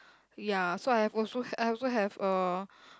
ya so I have also I also have a